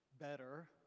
better